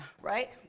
Right